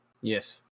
Yes